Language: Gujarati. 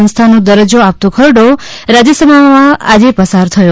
સંસ્થાનો દરજ્જો આપતો ખરડો રાજ્યસભામાં પણ આજે પસાર થયો